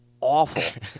awful